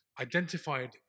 identified